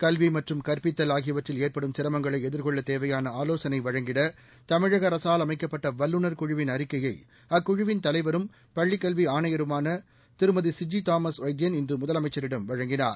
கல்வி மற்றும் கற்பித்தல் ஆகியவற்றில் ஏற்படும் சிரமங்களை எதிர்கொள்ளத் தேவையான ஆலோசனை வழங்கிட தமிழக அரசால் அமைக்கப்பட்ட வல்லுநர் குழுவின் அறிக்கையை அக்குழுவின் தலைவரும் பள்ளிக் கல்வி ஆணையருமான திருமதிசிஜி தாமஸ் வைத்யன் இன்று முதலமைச்சரிடம் வழங்கினார்